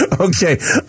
Okay